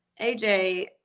AJ